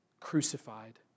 crucified